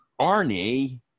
arnie